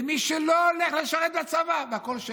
למי שלא הולך לשרת בצבא, והכול שקט.